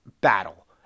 battle